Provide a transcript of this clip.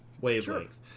wavelength